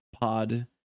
pod